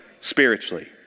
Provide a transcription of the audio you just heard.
spiritually